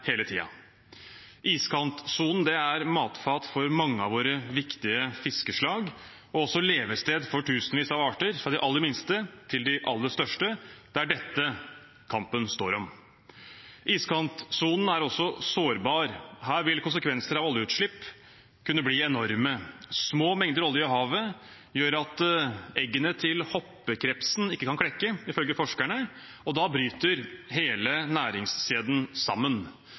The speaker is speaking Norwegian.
hele tiden. Iskantsonen er matfat for mange av våre viktige fiskeslag og også levested for tusenvis av arter, fra de aller minste til de aller største. Det er dette kampen står om. Iskantsonen er også sårbar. Her vil konsekvenser av oljeutslipp kunne bli enorme. Små mengder olje i havet gjør at eggene til hoppekrepsen ikke kan klekke, ifølge forskerne, og da bryter hele næringskjeden sammen.